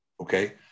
Okay